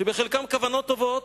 שחלקן כוונות טובות,